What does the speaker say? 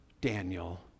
Daniel